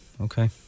okay